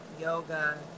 yoga